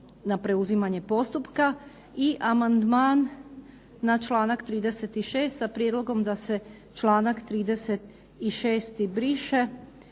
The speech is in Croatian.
na preuzimanje postupka. I amandman na članak 36. sa prijedlogom da se članak 36. briše